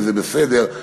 וזה בסדר,